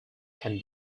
can